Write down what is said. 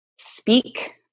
speak